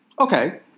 Okay